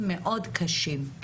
מאוד קשות.